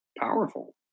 powerful